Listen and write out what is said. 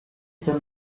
some